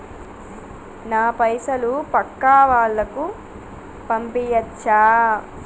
నా పైసలు పక్కా వాళ్ళకు పంపియాచ్చా?